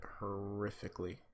horrifically